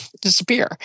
disappear